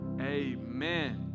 Amen